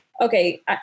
okay